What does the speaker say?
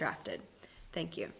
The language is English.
drafted thank you